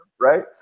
right